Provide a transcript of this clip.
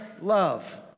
love